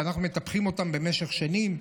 שאנחנו מטפחים אותם במשך שנים?